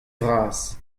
vras